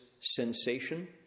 sensation